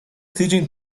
tydzień